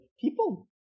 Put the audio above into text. people